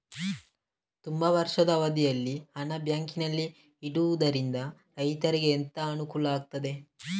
ತುಂಬಾ ವರ್ಷದ ಅವಧಿಯಲ್ಲಿ ಹಣ ಬ್ಯಾಂಕಿನಲ್ಲಿ ಇಡುವುದರಿಂದ ರೈತನಿಗೆ ಎಂತ ಅನುಕೂಲ ಆಗ್ತದೆ?